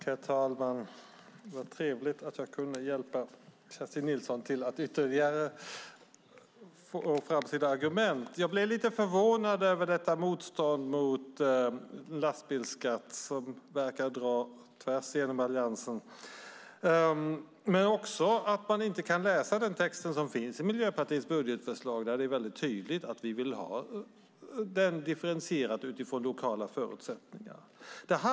Herr talman! Vad trevligt att jag kunde hjälpa Karin Nilsson att ytterligare få fram sina argument. Jag blev lite förvånad över detta motstånd mot lastbilsskatt som verkar dra tvärs genom Alliansen men också att man inte kan läsa den text som finns i Miljöpartiets budgetförslag. Det står mycket tydligt att vi vill ha den differentierad utifrån lokala förutsättningar.